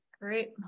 Great